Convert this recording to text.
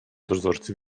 dozorcy